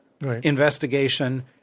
investigation